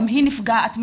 גם היא נפגעת מינית.